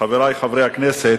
חברי חברי הכנסת,